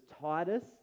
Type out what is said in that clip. Titus